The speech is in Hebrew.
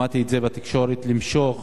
שמעתי את זה בתקשורת, למשוך